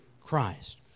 Christ